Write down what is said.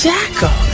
Jackal